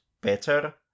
better